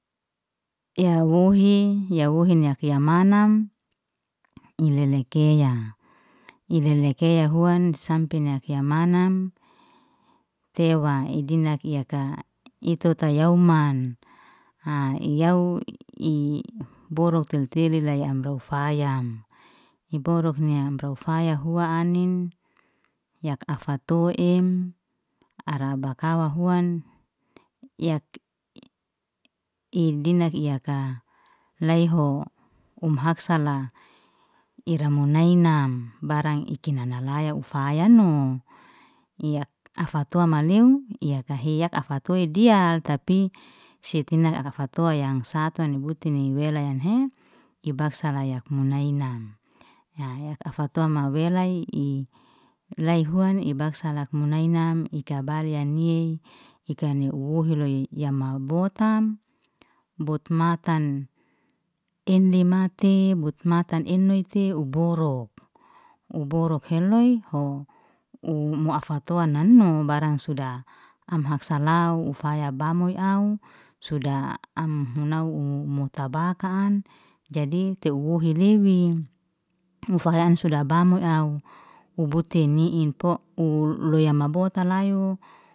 Ya wohi ya wohi yak manam ilele keya, ilele keya huan sampe yak ya manam, tewa i dinak yaka ito tayau man, yau i boru tenteli laya ufayam, i oboru ni amra ufaya hua anin, yak afak atoim, ara bakawa huan, i dinak yaka laiho um haksala ira munainam mbarang ike nanalaya ufayaa'no yak afatom maleo yakahe yak afatoi dia. Tapi, si tina'i aftoy yang satu ni butuni melya anhe, i baksala yak munainam. Ahe afatom ma belay i lai huan i baksala munainam i kabalya nie, i kani wohi loy, ya mabotam, botmatan enlima ti but matam enoite u boruk, uboruk heloyhu, u mu afatoya nanum barang suda am haksalau ufaya bamoi au suda, am huna u mutabakan jadi te uhi liwi, mufaha'an suda bamoi au, u buti ni'in pok u loy yama botalayu